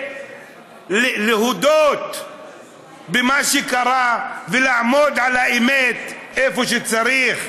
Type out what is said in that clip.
להודות במה שקרה ולעמוד על האמת איפה שצריך.